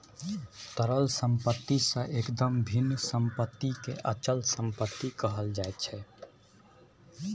तरल सम्पत्ति सँ एकदम भिन्न सम्पत्तिकेँ अचल सम्पत्ति कहल जाइत छै